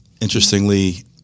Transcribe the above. Interestingly